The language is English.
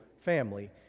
family